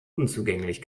unzugänglich